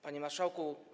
Panie Marszałku!